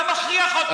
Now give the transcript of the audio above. אתה מכריח אותו.